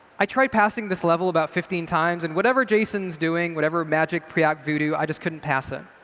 i tried passing this level about fifteen times and whatever jason's doing whatever magic preact voodoo, i just couldn't pass it.